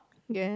yes